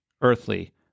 earthly